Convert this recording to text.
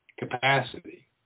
capacity